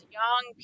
young